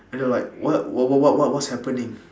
and they were like what what what what what's happening